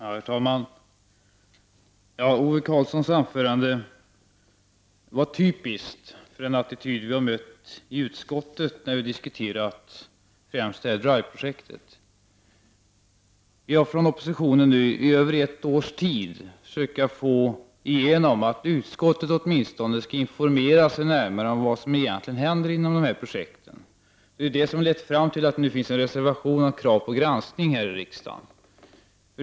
Herr talman! Ove Karlssons anförande var typiskt för den attityd vi har mött i utskottet, främst när det gäller Drive-projektet. Från oppositionens sida har vi nu i över ett års tid försökt att få igenom att utskottet åtminstone skall informera sig närmare om vad som egentligen händer inom dessa projekt. Det är detta som har lett fram till att det nu finns en reservation om krav på granskning här i riksdagen.